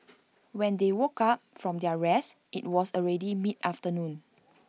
when they woke up from their rest IT was already mid afternoon